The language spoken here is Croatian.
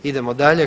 Idemo dalje.